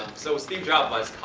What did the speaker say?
so steve jobs once